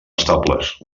estables